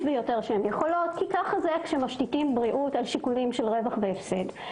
ביותר שהן יכולות כי ככה זה כשמשעינים בריאות על שיקולי רווח והפסד.